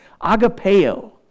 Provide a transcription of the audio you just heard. agapeo